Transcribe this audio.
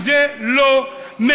וזה לא,